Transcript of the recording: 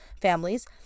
families